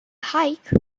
hike